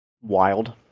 Wild